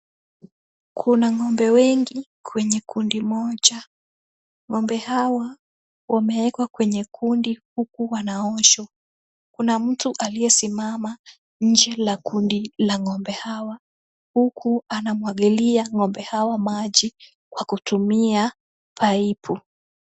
Kuna ng'ombe wengi kwenye kundi moja. Ng'ombe hawa wameekwa kwenye kundi huku wanaoshwa. Kuna mtu aliyesimama nje la kundi la ng'ombe hawa, huku anamwagilia ng'ombe hawa maji kwa kutumia pipe .